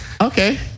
Okay